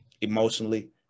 emotionally